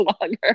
longer